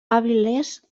avilés